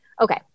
Okay